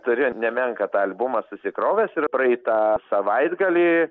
turiu nemenką tą albumą susikrovęs ir praeitą savaitgalį